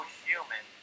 human